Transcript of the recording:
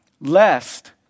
lest